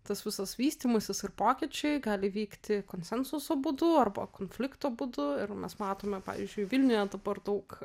tas visas vystymasis ir pokyčiai gali vykti konsensuso būdu arba konflikto būdu ir mes matome pavyzdžiui vilniuje dabar daug